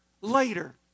later